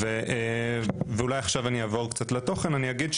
אני אעבור קצת לתוכן ואגיד,